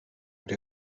der